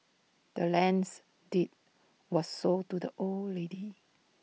the land's deed was sold to the old lady